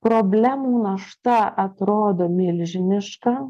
problemų našta atrodo milžiniška